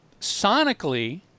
Sonically